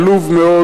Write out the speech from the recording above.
זה תירוץ עלוב מאוד,